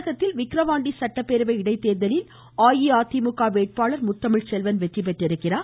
தமிழகத்தில் விக்கிரவாண்டி சட்டப்பேரவை இடைத்தோதலில் அஇஅதிமுக வேட்பாளர் முத்தமிழ் செல்வன் வெற்றிபெற்றிருக்கிறார்